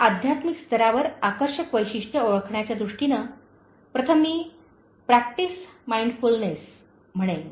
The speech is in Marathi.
आता अध्यात्मिक स्तरावर आकर्षक वैशिष्ट्ये ओळखण्याच्या दृष्टीने प्रथम मी प्रॅक्टिस माइंडफुलनेस म्हणेन